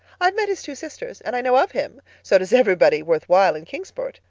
i've met his two sisters, and i know of him. so does everybody worthwhile in kingsport.